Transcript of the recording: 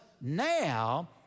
now